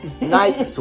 Night